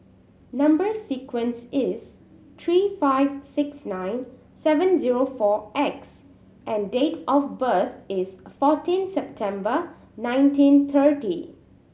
number sequence is three five six nine seven zero four X and date of birth is fourteen September nineteen thirty